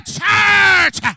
church